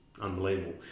unbelievable